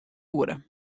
oere